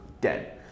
dead